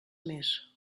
més